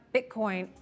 Bitcoin